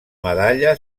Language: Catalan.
medalla